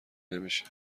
نمیشه